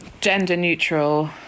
Gender-neutral